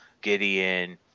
Gideon